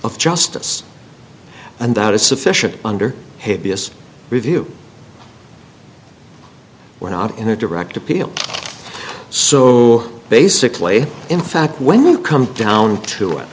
of justice and that is sufficient under hippias review we're not in a direct appeal so basically in fact when we come down to it